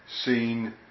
seen